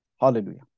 Hallelujah